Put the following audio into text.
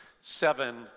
seven